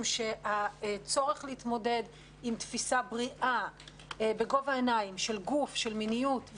כי הצורך להתמודד עם תפיסה בריאה ובגובה העיניים של גוף ומיניות,